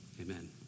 Amen